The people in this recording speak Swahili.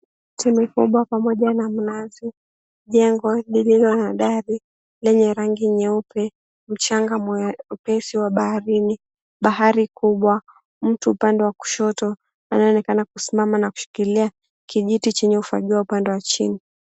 Sehemu kubwa pamoja na mnazi. Jengo lililo na gari lenye rangi nyeupe, mchanga mwepesi wa baharini, bahari kubwa, mtu upande wa kushoto anayeonekana kusimama na kushikilia kijiti chenye ufangio upande wa chini.